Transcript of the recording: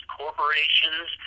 corporations